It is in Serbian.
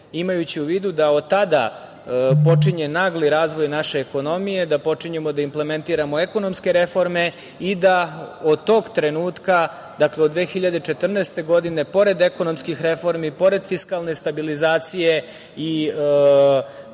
zemlje. Imajući u vidu da od tada počinje nagli razvoj naše ekonomije, da počinjemo da implementiramo ekonomske reforme i da od tog trenutka, od 214. godine pored ekonomskih reformi, pored fiskalne stabilizacije i